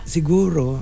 Siguro